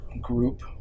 group